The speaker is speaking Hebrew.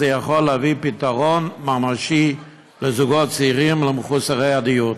זה יכול להביא פתרון ממשי לזוגות צעירים ולמחוסרי דיור.